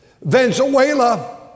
Venezuela